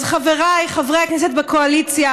אז חבריי חברי הכנסת בקואליציה,